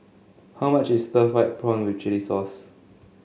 how much is Stir Fried Prawn with Chili Sauce